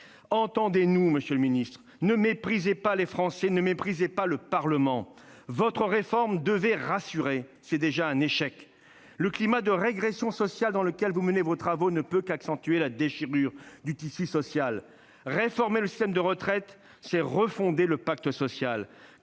Entendez-nous, monsieur le secrétaire d'État ! Ne méprisez pas les Français, ne méprisez pas le Parlement ! Votre réforme devait rassurer : c'est déjà un échec de ce point de vue. Le climat de régression sociale dans lequel vous menez vos travaux ne peut qu'accentuer la déchirure du tissu social. Réformer le système de retraite, c'est refonder le pacte social.